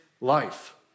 life